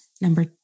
number